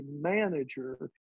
manager